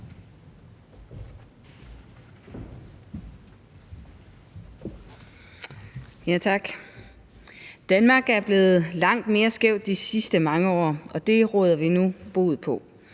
Tak. Danmark er blevet langt mere skævt de sidste mange år, men det råder vi nu bod på